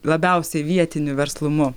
labiausiai vietinių verslumu